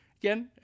Again